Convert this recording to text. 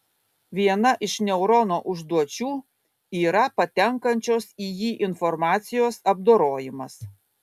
viena iš neurono užduočių yra patenkančios į jį informacijos apdorojimas